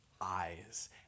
eyes